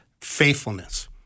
faithfulness